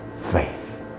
faith